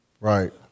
Right